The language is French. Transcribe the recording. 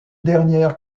dernière